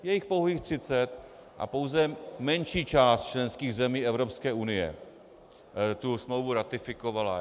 Je jich pouhých třicet a pouze menší část členských zemí Evropské unie tu smlouvu ratifikovala.